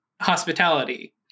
hospitality